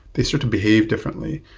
they sort of behave differently.